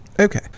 Okay